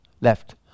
left